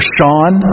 Sean